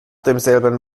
demselben